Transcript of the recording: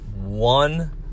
one